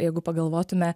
jeigu pagalvotume